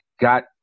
got